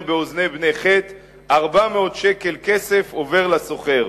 באזני בני חת ארבע מאות שקל כסף עבר לסחר.